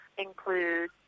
include